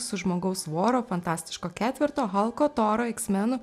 su žmogaus voro fantastiško ketverto halko toro iks menų